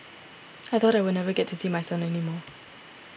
I thought I would never get to see my son any more